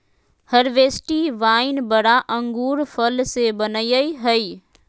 हर्बेस्टि wine बड़ा अंगूर फल से बनयय हइ